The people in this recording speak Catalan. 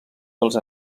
dels